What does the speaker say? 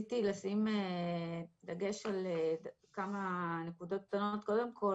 רציתי לשים דגש על כמה נקודות קטנות, קודם כל,